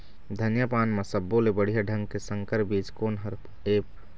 धनिया पान म सब्बो ले बढ़िया ढंग के संकर बीज कोन हर ऐप?